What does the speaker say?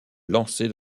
lancer